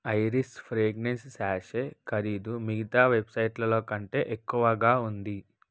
iris fragrance sachet ఖరీదు మిగతా వెబ్సైట్లలో కంటే ఎక్కువగా ఉంది